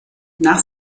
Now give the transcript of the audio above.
nach